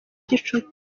gicuti